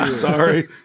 Sorry